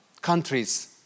countries